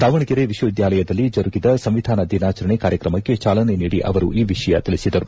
ದಾವಣಗೆರೆ ವಿಶ್ವವಿದ್ಯಾಲಯದಲ್ಲಿ ಜರುಗಿದ ಸಂವಿಧಾನ ದಿನಾಚರಣೆ ಕಾರ್ಯಕ್ರಮಕ್ಕೆ ಚಾಲನೆ ನೀಡಿ ಅವರು ಈ ವಿಷಯ ತಿಳಿಸಿದರು